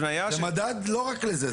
זה מדד לא רק לזה,